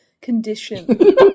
condition